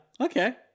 Okay